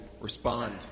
respond